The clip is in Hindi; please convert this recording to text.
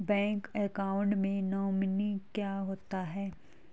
बैंक अकाउंट में नोमिनी क्या होता है?